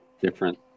different